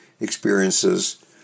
experiences